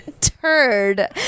turd